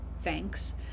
thanks